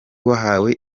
wahawe